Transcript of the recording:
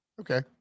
okay